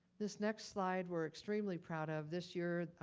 this next slide, we're extremely proud of this year.